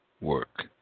work